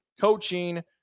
Coaching